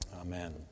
Amen